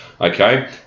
okay